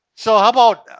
so how about,